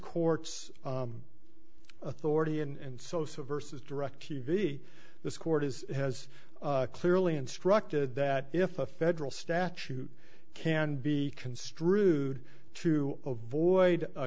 court's authority and sosa versus direct t v this court is has clearly instructed that if a federal statute can be construed to avoid a